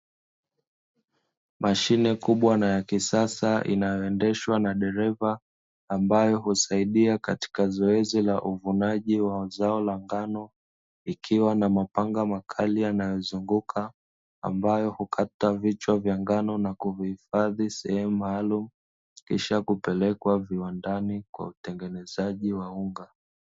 Mashine kubwa na ya kisasa inayoendeshwa na dereva, ambayo husaidia katika zoezi la uvunaji wa zao la ngano, ikiwa na mapanga makali yanayozunguka, ambayo hukata vichwa vya ngano na kuvihifadhi sehemu maalumu, kisha kupelekwa viwandani kwa utengenezaji wa unga.